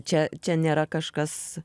čia čia nėra kažkas